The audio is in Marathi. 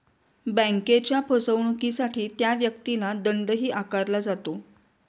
बँकेच्या फसवणुकीसाठी त्या व्यक्तीला दंडही आकारला जातो